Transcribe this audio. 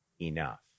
enough